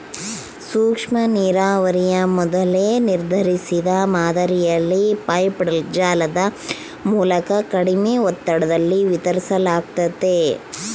ಸೂಕ್ಷ್ಮನೀರಾವರಿ ಮೊದಲೇ ನಿರ್ಧರಿಸಿದ ಮಾದರಿಯಲ್ಲಿ ಪೈಪ್ಡ್ ಜಾಲದ ಮೂಲಕ ಕಡಿಮೆ ಒತ್ತಡದಲ್ಲಿ ವಿತರಿಸಲಾಗ್ತತೆ